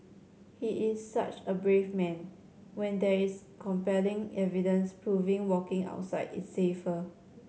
he is such a brave man when there is compelling evidence proving walking outside is safer